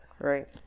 right